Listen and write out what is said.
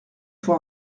faut